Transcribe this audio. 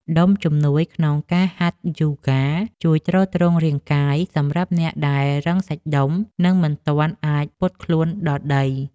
ដុំជំនួយក្នុងការហាត់យូហ្គា ជួយទ្រទ្រង់រាងកាយសម្រាប់អ្នកដែលរឹងសាច់ដុំ និងមិនទាន់អាចពត់ខ្លួនដល់ដី។